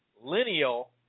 lineal